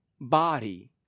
body